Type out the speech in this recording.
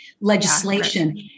legislation